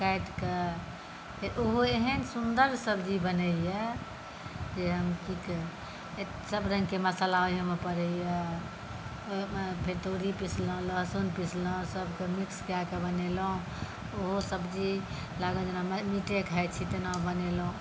काटि कऽ फेर ओहो एहेन सुन्दर सब्जी बनैए जे हम की कही सभरङ्गके मसाला ओहोमे पड़ैए ओहिमे फेर तोड़ी पीसलहुँ लहसुन पीसलहुँ सभके मिक्स कए कऽ बनेलहुँ ओहो सब्जी लागत जेना मीटे खाइत छी तेना बनेलहुँ